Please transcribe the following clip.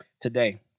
today